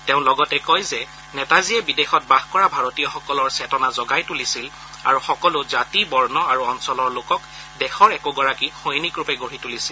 তেওঁ লগতে কয় যে নেতাজীয়ে বিদেশত বাস কৰা ভাৰতীয়সকলৰ চেতনা জগাই তুলিছিল আৰু সকলো জাতি বৰ্ণ আৰু অঞ্চলৰ লোকক দেশৰ একোগৰাকী সৈনিকৰূপে গঢ়ি তুলিছিল